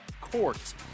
court